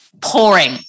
pouring